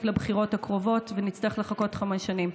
לבחירות הקרובות ונצטרך לחכות חמש שנים.